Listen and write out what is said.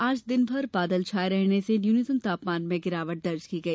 आज दिनभर बादल छाये रहने से न्यूनतम तापमान में गिरावट दर्ज की गई